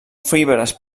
fibres